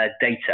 data